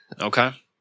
Okay